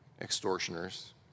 extortioners